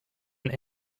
and